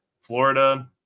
Florida